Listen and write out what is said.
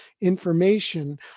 information